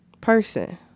person